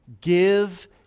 give